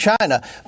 China